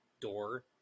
door